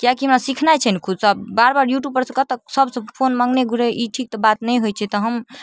किएकि हमरा सिखनाइ छै ने फूलसब बेर बेर यूट्यूबपरसँ कतेक सभसँ फोन माँगने घुरै ई ठीक तऽ बात नहि होइ छै तऽ हम